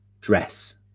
dress